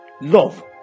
love